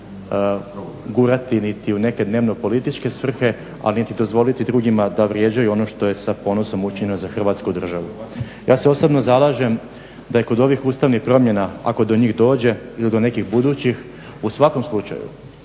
niti u neke dnevno političke svrhe a niti dozvoliti drugima da vrijeđaju ono što je sa ponosom učinjeno za hrvatsku državu. Ja se osobno zalažem da je kod ovih Ustavnih promjena ako do njih dođe ili do nekih budućih u svakom slučaju